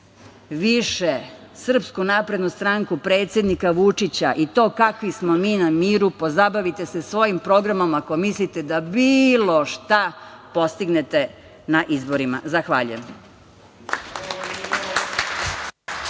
više SNS, predsednika Vučića i to kakvi smo mi na miru i pozabavite se svojim programom ako mislite da bilo šta postignete na izborima. Zahvaljujem.